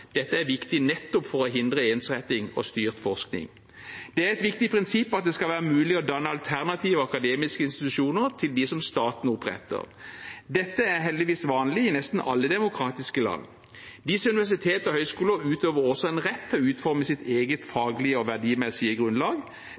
Dette er viktig nettopp for å hindre ensretting og styrt forskning. Det er et viktig prinsipp at det skal være mulig å danne alternative akademiske institusjoner til dem som staten oppretter. Dette er heldigvis vanlig i nesten alle demokratiske land. Disse universitetene og høyskolene utøver også en rett til å uforme sitt eget faglige og verdimessige grunnlag.